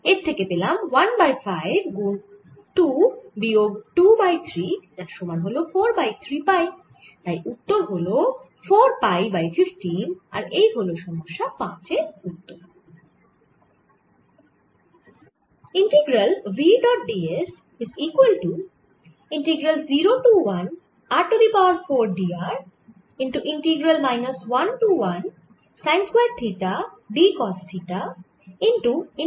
এর থেকে পেলাম 1বাই 5 গুন 2 বিয়োগ 2 বাই 3 যার সমান হল 4 বাই 3 পাই তাই উত্তর হল 4 পাই বাই 15 আর এই হল সমস্যা 5 এর উত্তর